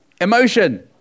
Emotion